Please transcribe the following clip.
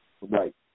Right